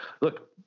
look